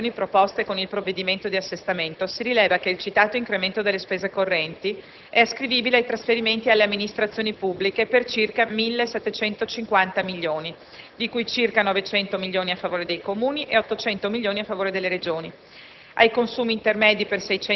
Per quanto concerne le variazioni proposte con il provvedimento di assestamento, si rileva che il citato incremento delle spese correnti è ascrivibile ai trasferimenti alle amministrazioni pubbliche per circa 1.750 milioni (di cui circa 900 a favore dei Comuni e circa 800 a favore delle Regioni),